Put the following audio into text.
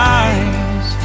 eyes